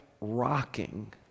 rocking